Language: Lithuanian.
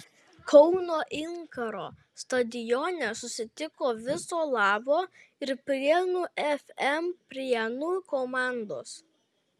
kauno inkaro stadione susitiko viso labo ir prienų fm prienų komandos